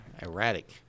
erratic